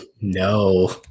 No